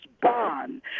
bond